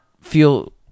feel